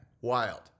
Wild